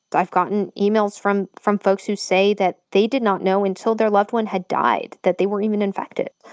but i've gotten emails from from folks who say that they did not know until their loved one had died that they were even infected.